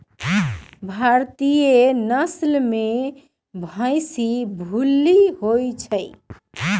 भारतीय नसल में भइशी भूल्ली होइ छइ